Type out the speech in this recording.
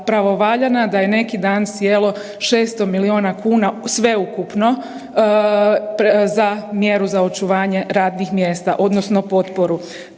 da je neki dan sjelo 600 milijuna kuna sveukupno za mjeru za očuvanje radnih mjesta odnosno potporu.